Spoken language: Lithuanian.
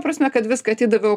prasme kad viską atidaviau